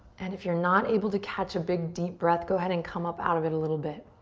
and if you're not able to catch a big, deep breath, go ahead and come up out of it a little bit.